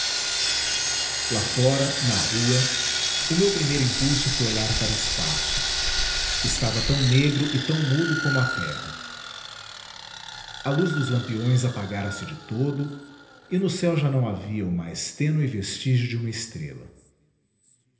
lá fora na rua o meu primeiro impulso foi olhar para o espaço estava tão negro e tão mudo como a terra a luz dos lampiões apagara se de todo e no céu já não havia o mais tênue vestígio de uma estrela